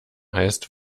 heißt